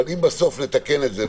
אבל אם בסוף נתקן את זה,